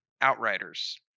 outriders